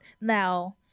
now